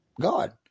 God